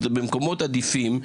במקומות עדיפים,